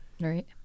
right